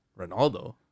Ronaldo